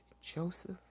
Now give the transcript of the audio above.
Joseph